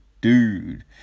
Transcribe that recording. Dude